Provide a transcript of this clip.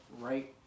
right